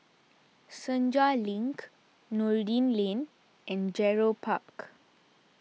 Senja Link Noordin Lane and Gerald Park